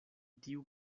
tiu